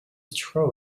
straw